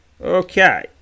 okay